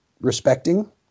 respecting